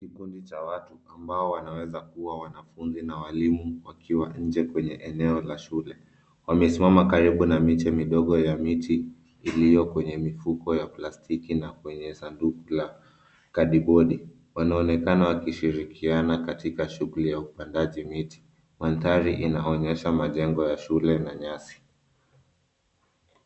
Kikundi cha watu ambao wanaweza kuwa wanafunzi na walimu wakiwa nje kwenye eneo la shule. Wamesimama karibu na miche midogo ya miti iliyo kwenye mifuko ya plastiki na kwenye sanduku la kadibodi. Wanaonekana wakishirikiana katika shughuli ya upandaji miti. Mandhari inaonyesha majengo ya shule na nyasi.